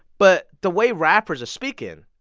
but the way rappers are speaking,